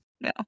No